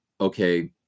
okay